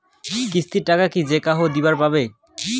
কিস্তির টাকা কি যেকাহো দিবার পাবে?